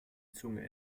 zunge